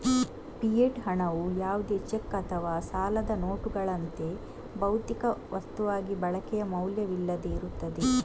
fiat ಹಣವು ಯಾವುದೇ cheque ಅಥವಾ ಸಾಲದ ನೋಟುಗಳಂತೆ, ಭೌತಿಕ ವಸ್ತುವಾಗಿ ಬಳಕೆಯ ಮೌಲ್ಯವಿಲ್ಲದೆ ಇರುತ್ತದೆ